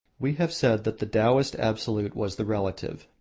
we have said that the taoist absolute was the relative.